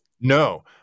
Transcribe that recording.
No